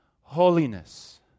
holiness